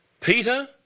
Peter